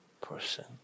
person